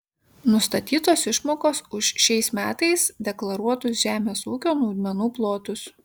nustatytos išmokos už šiais metais deklaruotus žemės ūkio naudmenų plotus